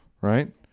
right